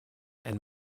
and